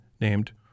named